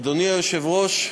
אדוני היושב-ראש,